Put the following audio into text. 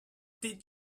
did